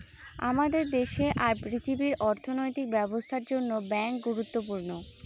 আমাদের দেশে আর পৃথিবীর অর্থনৈতিক ব্যবস্থার জন্য ব্যাঙ্ক গুরুত্বপূর্ণ